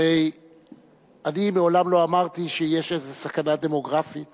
הרי אני מעולם לא אמרתי שיש איזה סכנה דמוגרפית